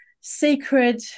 sacred